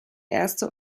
erste